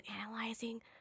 analyzing